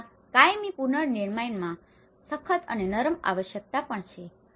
તથા કાયમી પુનર્નિર્માણમાં સખત અને નરમ આવશ્યકતાઓ પણ છે